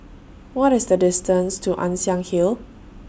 What IS The distance to Ann Siang Hill